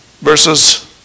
versus